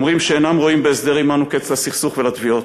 שאינם רואים בהסדר עמנו קץ לסכסוך ולתביעות.